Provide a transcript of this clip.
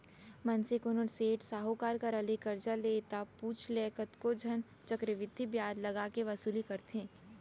मनसे कोनो सेठ साहूकार करा ले करजा ले ता पुछ लय कतको झन चक्रबृद्धि बियाज लगा के वसूली करथे